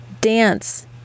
Dance